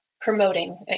promoting